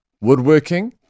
woodworking